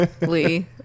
Lee